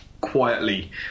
quietly